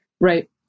right